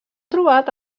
trobat